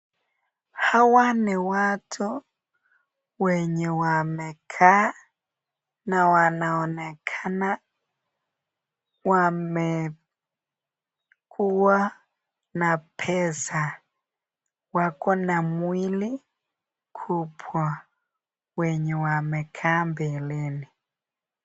Hawa ni watu wenye wamekaa na wanaonekana wamekuwa na pesa. Wakona mwili kubwa wenye wamekaa mbeleni.